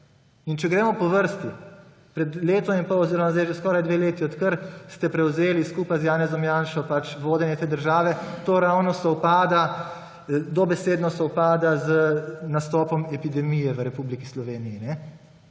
Če gremo po vrsti. Pred letom in pol oziroma zdaj je že skoraj dvema letoma, odkar ste prevzeli skupaj z Janezom Janšo vodenje te države, to ravno sovpada, dobesedno sovpada z nastopom epidemije v Republiki Sloveniji.